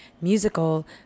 musical